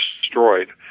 destroyed